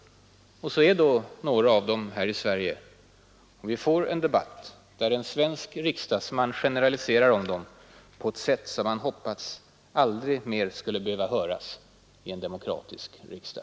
Så är ett antal av dem här i Sverige. Och vi får en debatt där en svensk riksdagsman plötsligt generaliserar om dem på ett sätt som vi hade hoppats att man aldrig mer skulle behöva höra i en demokratisk riksdag.